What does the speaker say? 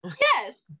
Yes